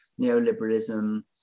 neoliberalism